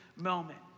moment